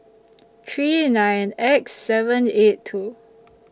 three nine X seven eight two